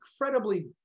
incredibly